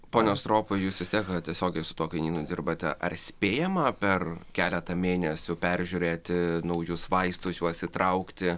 pone stropau jūs vis tiek tiesiogiai su tuo kainynu dirbate ar spėjama per keletą mėnesių peržiūrėti naujus vaistus juos įtraukti